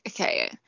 okay